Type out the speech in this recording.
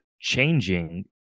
changing